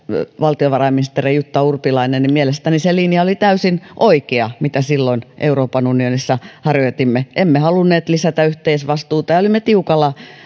valtiovarainministerinä jutta urpilainen mielestäni se linja oli täysin oikea mitä silloin euroopan unionissa harjoitimme emme halunneet lisätä yhteisvastuuta ja olimme tiukalla